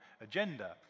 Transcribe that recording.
agenda